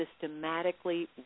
systematically